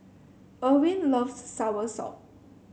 Irwin loves soursop